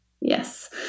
Yes